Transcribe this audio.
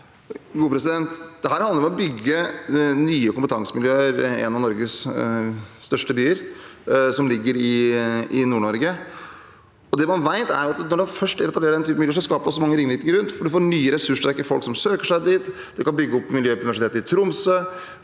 Dette handler om å bygge nye kompetansemiljøer i en av Norges største byer, som ligger i Nord-Norge. Det man vet, er at når man først etablerer den typen miljøer, skaper det mange ringvirkninger rundt, for man får nye, ressurssterke folk som søker seg dit. Det kan bygge opp miljøet på Universitetet i Tromsø.